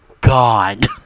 god